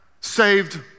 saved